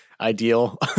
ideal